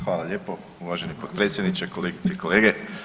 Hvala lijepo uvaženi potpredsjedniče, kolegice i kolege.